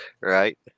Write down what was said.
right